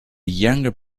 younger